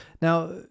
Now